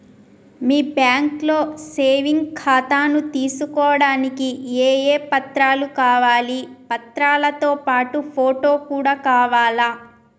మీ బ్యాంకులో సేవింగ్ ఖాతాను తీసుకోవడానికి ఏ ఏ పత్రాలు కావాలి పత్రాలతో పాటు ఫోటో కూడా కావాలా?